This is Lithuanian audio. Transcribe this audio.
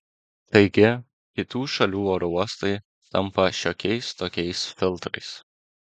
taigi kitų šalių oro uostai tampa šiokiais tokiais filtrais